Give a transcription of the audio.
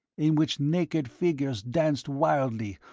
in which naked figures danced wildly,